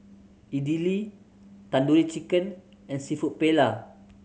Idili Tandoori Chicken and Seafood Paella